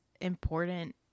important